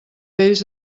vells